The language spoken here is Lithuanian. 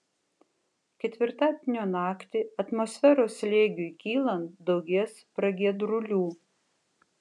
ketvirtadienio naktį atmosferos slėgiui kylant daugės pragiedrulių